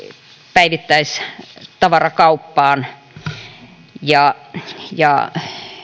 päivittäistavarakauppaan ja ja